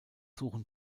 suchen